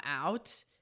out